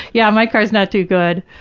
yeah, my car is not too good.